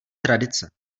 tradice